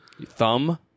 Thumb